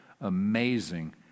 amazing